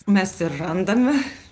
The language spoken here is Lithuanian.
mes ir randame